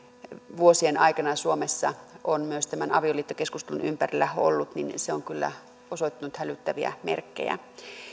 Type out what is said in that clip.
vuosien aikana suomessa on myös tämän avioliittokeskustelun ympärillä ollut on kyllä osoittanut hälyttäviä merkkejä